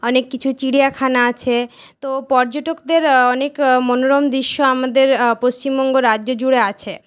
অনেক কিছু চিড়িয়াখানা আছে তো পর্যটকদের অনেক মনোরম দৃশ্য আমাদের পশ্চিমবঙ্গ রাজ্য জুড়ে আছে